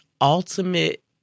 ultimate